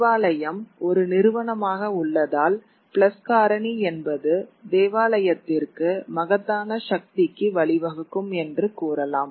தேவாலயம் ஒரு நிறுவனமாக உள்ளதால் பிளஸ் காரணி என்பது தேவாலயத்திற்கு மகத்தான சக்திக்கு வழிவகுக்கும் என்று கூறலாம்